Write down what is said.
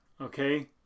okay